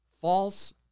false